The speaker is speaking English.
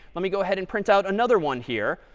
let me go ahead and print out another one here.